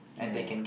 ya